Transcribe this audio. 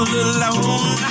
alone